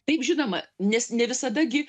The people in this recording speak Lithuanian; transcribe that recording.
taip žinoma nes ne visada gi